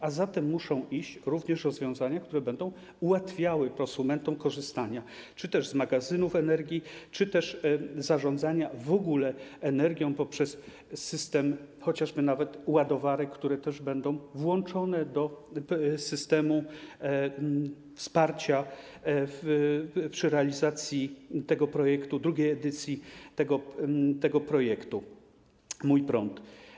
A za tym muszą iść również rozwiązania, które będą ułatwiały prosumentom korzystanie czy to z magazynów energii, czy to z zarządzania w ogóle energią poprzez system chociażby nawet ładowarek, które też będą włączone do systemu wsparcia przy realizacji tego projektu, drugiej edycji projektu „Mój prąd”